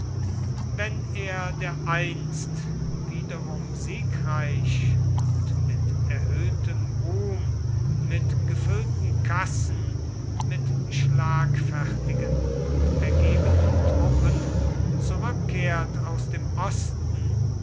wenn er dereinst wiederum siegreich und mit erhöhtem ruhm mit gefüllten kassen mit schlagfertigen und ergebenen truppen zurückkehrt aus dem osten